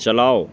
چلاؤ